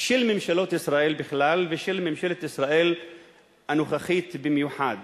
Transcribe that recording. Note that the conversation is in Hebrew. של ממשלות ישראל בכלל ושל ממשלת ישראל הנוכחית במיוחד.